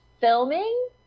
Filming